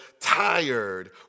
tired